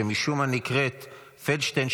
שמשום מה נקראת פלדשטיין,